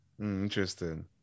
interesting